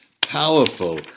Powerful